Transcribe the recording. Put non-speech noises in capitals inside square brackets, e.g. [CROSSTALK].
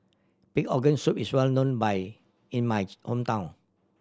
pig organ soup is well known [UNINTELLIGIBLE] in my hometown